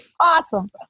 Awesome